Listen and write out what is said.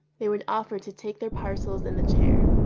they would offer to take their parcels in the chair.